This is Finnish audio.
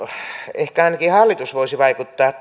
ehkä ainakin hallitus voisi vaikuttaa